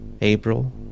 April